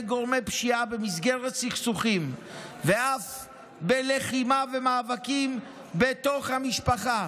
גורמי פשיעה במסגרת סכסוכים ואף בלחימה ומאבקים בתוך המשפחה